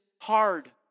hard